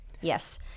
Yes